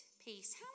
peace